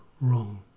wrong